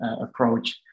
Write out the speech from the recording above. approach